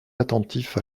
attentifs